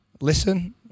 listen